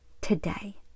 today